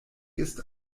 ist